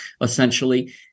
essentially